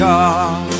God